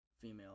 female